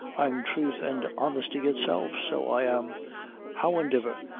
i'm thruth and honesty itself, so i am howandiver,